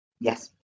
Yes